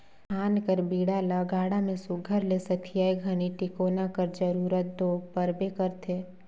धान कर बीड़ा ल गाड़ा मे सुग्घर ले सथियाए घनी टेकोना कर जरूरत दो परबे करथे